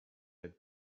had